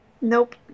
Nope